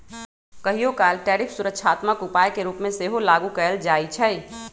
कहियोकाल टैरिफ सुरक्षात्मक उपाय के रूप में सेहो लागू कएल जाइ छइ